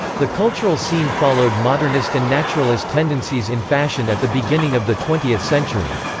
the cultural scene followed modernist and naturalist tendencies in fashion at the beginning of the twentieth century.